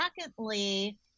Secondly